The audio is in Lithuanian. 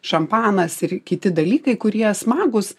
šampanas ir kiti dalykai kurie smagūs